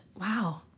wow